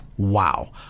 Wow